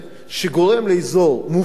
שגורם לאזור מופלא,